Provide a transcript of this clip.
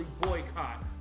boycott